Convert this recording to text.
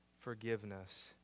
forgiveness